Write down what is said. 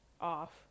off